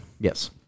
Yes